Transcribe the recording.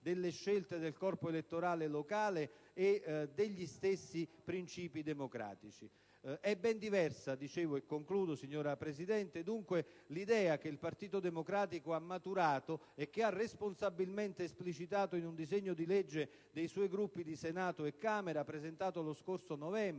delle scelte del corpo elettorale locale e degli stessi principi democratici. È ben diversa dunque - e concludo, signora Presidente - l'idea che il Partito Democratico ha maturato e che ha responsabilmente esplicitato in un disegno di legge dei suoi Gruppi di Senato e Camera, presentato lo scorso novembre,